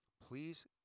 Please